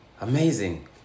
amazing